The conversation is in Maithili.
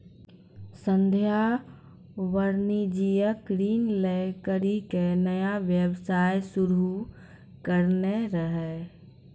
संध्या वाणिज्यिक ऋण लै करि के नया व्यवसाय शुरू करने रहै